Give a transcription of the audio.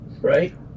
Right